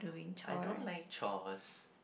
I don't like chores